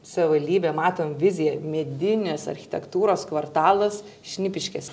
savivaldybė matom viziją medinės architektūros kvartalas šnipiškės